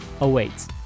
awaits